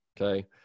Okay